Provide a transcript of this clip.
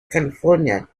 california